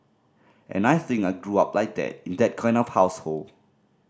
and I think I grew up like that in that kind of household